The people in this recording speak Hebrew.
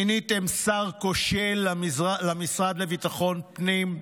מיניתם שר כושל למשרד לביטחון פנים.